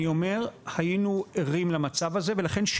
אני אומר שהיינו ערים למצב הזה ולכן,